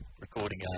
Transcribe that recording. recording